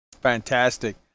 Fantastic